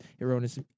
erroneous